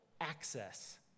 access